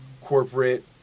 corporate